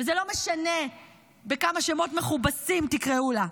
וזה לא משנה בכמה שמות מכובסים תקראו לה,